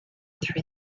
through